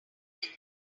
minute